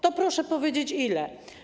To proszę powiedzieć, ile.